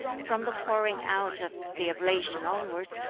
from the pouring-out of the oblation onwards,